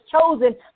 chosen